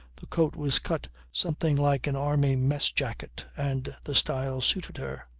the coat was cut something like an army mess-jacket and the style suited her.